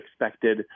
expected